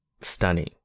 stunning